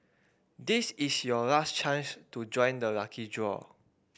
this is your last chance to join the lucky draw